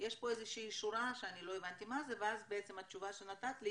יש פה שורה שלא הבנתי מה זה ואז התשובה שנתת לי